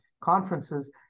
conferences